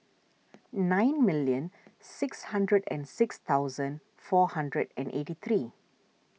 nine million six hundred and six thousand four hundred and eighty three